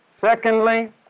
Secondly